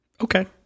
Okay